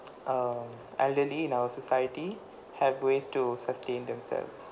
err elderly in our society have ways to sustain themselves